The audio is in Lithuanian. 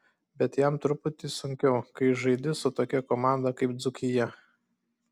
bet jam truputį sunkiau kai žaidi su tokia komanda kaip dzūkija